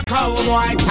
Cowboy